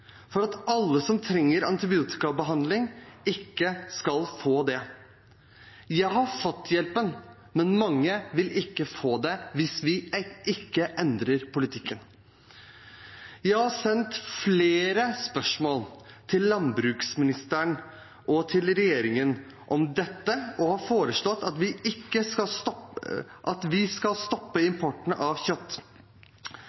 for at alle som trenger antibiotikabehandling, ikke skal få det. Jeg har fått hjelpen, men mange vil ikke få det hvis vi ikke endrer politikken. Jeg har sendt flere spørsmål til landbruksministeren og til regjeringen om dette og har foreslått at vi skal stoppe importen av kjøtt. Men jeg har forstått at vi